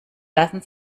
lassen